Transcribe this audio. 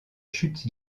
chute